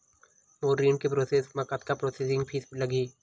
मोर ऋण के प्रोसेस म कतका प्रोसेसिंग फीस लगही?